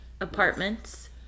Apartments